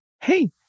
Hey